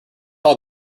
tall